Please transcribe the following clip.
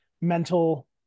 mental